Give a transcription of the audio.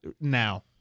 now